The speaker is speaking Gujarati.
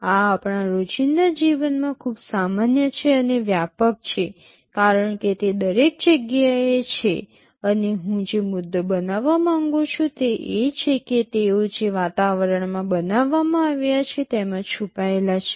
આ આપણા રોજિંદા જીવનમાં ખૂબ સામાન્ય છે અને વ્યાપક છે કારણ કે તે દરેક જગ્યાએ છે અને હું જે મુદ્દો બનાવવા માંગું છું તે એ છે કે તેઓ જે વાતાવરણ માટે બનાવવામાં આવ્યા છે તેમાં છુપાયેલા છે